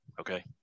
okay